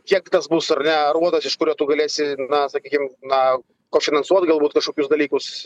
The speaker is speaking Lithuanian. kiek tas bus ar ne aruodas iš kurio tu galėsi na sakykim na kofinansuot galbūt kažkokius dalykus